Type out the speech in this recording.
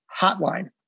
hotline